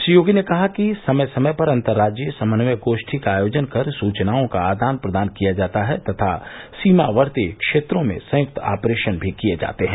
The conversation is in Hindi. श्री योगी ने कहा कि समय समय पर अन्तर्राज्यीय समन्वय गोष्ठी का आयोजन कर सूचनाओं का आदान प्रदान किया जाता है तथा सीमावर्ती क्षेत्रों में संयुक्त ऑपरेशन भी किये जाते हैं